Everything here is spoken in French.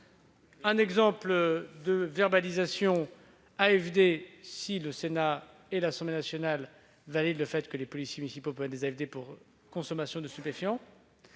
Un exemple de verbalisation AFD : si le Sénat et l'Assemblée nationale valident le fait que les policiers municipaux peuvent mettre des AFD pour consommation de stupéfiants,